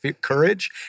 courage